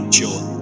joy